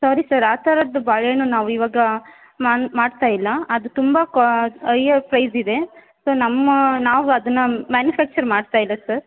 ಸೋರಿ sir ಆ ಥರದ್ದು ಬಾಳೆಹಣ್ಣು ನಾವು ಇವಾಗ ನಾನು ಮಾಡ್ತಾಯಿಲ್ಲ ಅದು ತುಂಬ ಕ್ವಾ ಐಯ್ಯರ್ ಪ್ರೈಸಿದೆ ಸೊ ನಮ್ಮ ನಾವು ಅದನ್ನ ಮ್ಯಾನಿಫ್ಯಾಕ್ಚರ್ ಮಾಡ್ತಾಯಿಲ್ಲ ಸರ್